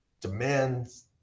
demands